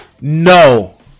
no